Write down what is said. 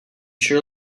sure